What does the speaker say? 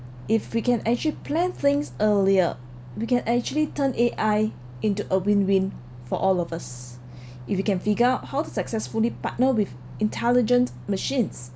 if we can actually plan things earlier we can actually turn A_I into a win win for all of us if you can figure out how to successfully partner with intelligent machines